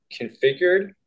configured